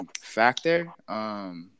factor